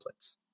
templates